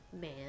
Man